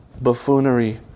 buffoonery